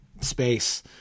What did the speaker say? space